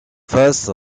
face